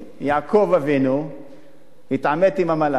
יעקב אבינו התעמת עם המלאך.